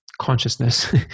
consciousness